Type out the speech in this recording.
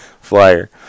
flyer